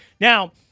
Now